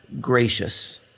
gracious